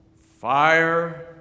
fire